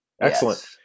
excellent